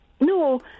No